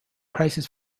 crisis